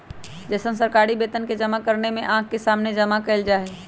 जैसन सरकारी वेतन के जमा करने में आँख के सामने जमा कइल जाहई